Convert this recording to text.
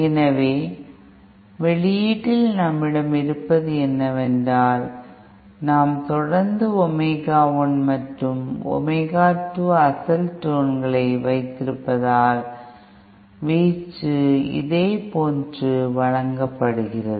எனவே வெளியீட்டில் நம்மிடம் இருப்பது என்னவென்றால் நாம் தொடர்ந்து ஒமேகா 1 மற்றும் ஒமேகா 2 ஐ அசல் டோன்கள் இல் வைத்திருப்பதால் வீச்சு இதேபோன்று வழங்கப்படுகிறது